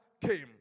came